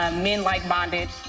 um men like bondage.